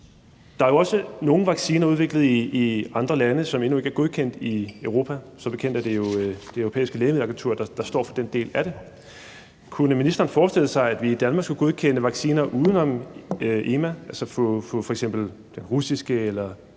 Der er jo også nogle vacciner udviklet i andre lande, som endnu ikke er godkendt i Europa. Som bekendt er det jo Det Europæiske Lægemiddelagentur, der står for den del af det. Kunne ministeren forestille sig, at vi i Danmark skulle godkende vacciner uden om EMA og altså få f.eks. den russiske eller